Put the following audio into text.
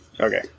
Okay